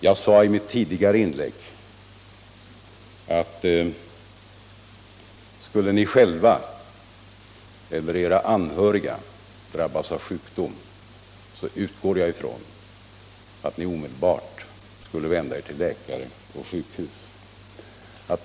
Jag sade i mitt tidigare inlägg att om ni själva eller era anhöriga skulle drabbas av sjukdom utgår jag ifrån att ni omedelbart skulle vända er till läkare på sjukhus.